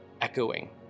echoing